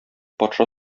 патша